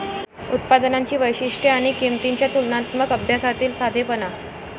उत्पादनांची वैशिष्ट्ये आणि किंमतींच्या तुलनात्मक अभ्यासातील साधेपणा